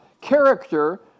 character